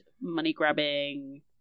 money-grabbing